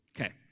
Okay